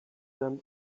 them